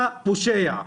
אתה פושע.